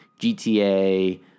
GTA